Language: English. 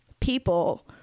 people